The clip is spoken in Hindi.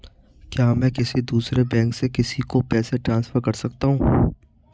क्या मैं किसी दूसरे बैंक से किसी को पैसे ट्रांसफर कर सकता हूं?